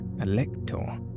Elector